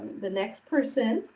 the next person,